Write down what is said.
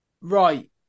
Right